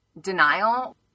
denial